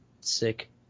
sick